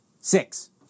Six